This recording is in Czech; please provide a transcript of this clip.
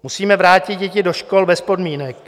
Musíme vrátit děti do škol bez podmínek.